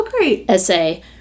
essay